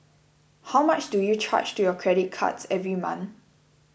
how much do you charge to your credit cards every month